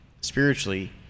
spiritually